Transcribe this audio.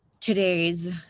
today's